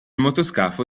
motoscafo